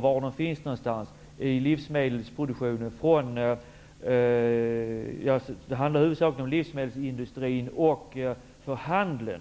var i livsmedelsproduktionen kostnaderna finns. Det handlar huvudsakligen om livsmedelsindustrin och handeln.